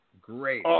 Great